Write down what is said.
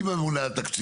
עם ממונה על תקציבים.